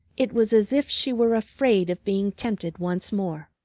it was as if she were afraid of being tempted once more.